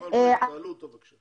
יובל בריק, בבקשה.